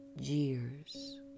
jeers